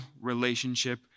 relationship